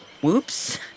whoops